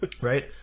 Right